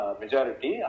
majority